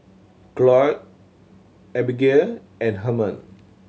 Cloyd Abigale and Herman